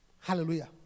Hallelujah